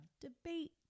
debate